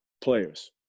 Players